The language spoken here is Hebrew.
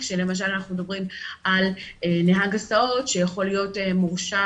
כשלמשל אנחנו מדברים על נהג הסעות שיכול להיות מורשע